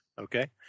Okay